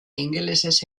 ingelesez